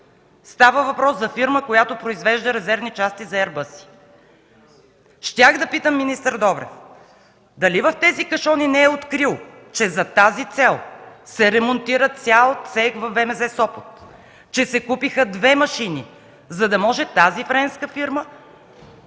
Става въпрос за фирма, която произвежда резервни части за еърбъси. Щях да питам министър Добрев: дали в тези кашони не е открил, че за тази цел се ремонтира цял цех във ВМЗ – Сопот, че се купиха две машини, за да може тази френска фирма